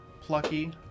plucky